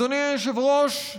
אדוני היושב-ראש,